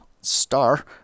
star